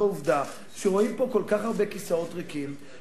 העובדה שרואים פה כל כך הרבה כיסאות ריקים,